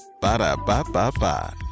Ba-da-ba-ba-ba